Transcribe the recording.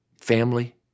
Family